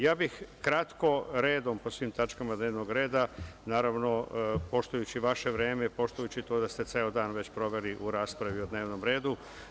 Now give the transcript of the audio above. Ja bih kratko redom po svim tačkama dnevnog reda, naravno, poštujući vaše vreme i poštujući to da ste ceo dan već proveli u raspravi o dnevnom redu.